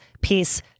peace